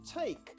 take